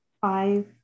five